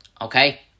okay